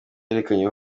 yerekanye